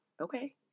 okay